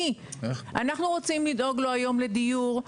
אנחנו רוצים לדאוג לו היום לדיור,